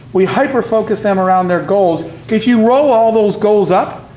we hyper-focus them around their goals. if you roll all those goals up,